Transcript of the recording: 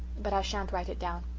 but i shan't write it down.